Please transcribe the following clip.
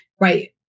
right